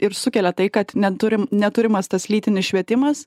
ir sukelia tai kad neturim neturimas tas lytinis švietimas